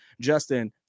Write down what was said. Justin